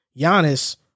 Giannis